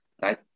right